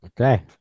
Okay